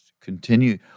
continue